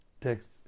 Text